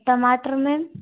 टमाटर मेम